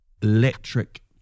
electric